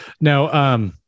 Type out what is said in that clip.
Now